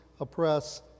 oppress